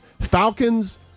Falcons